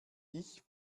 ich